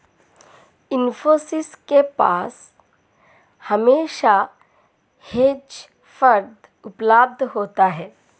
इन्फोसिस के पास हमेशा हेज फंड उपलब्ध होता है